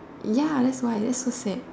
ya that's why that's so sad